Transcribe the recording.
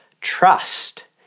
trust